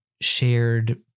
shared